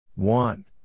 One